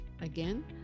Again